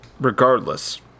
regardless